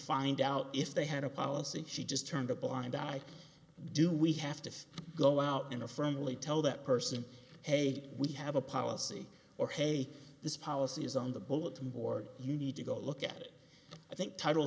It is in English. find out if they had a policy she just turned a blind eye do we have to go out in a firmly tell that person hey did we have a policy or hey this policy is on the bulletin board you need to go look at it i think title